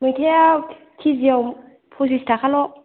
मैथाया केजियाव फसिस थाखाल'